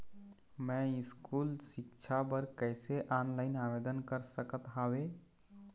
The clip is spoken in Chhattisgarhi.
मैं स्कूल सिक्छा बर कैसे ऑनलाइन आवेदन कर सकत हावे?